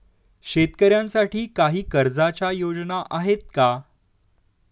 शेतकऱ्यांसाठी काही कर्जाच्या योजना आहेत का?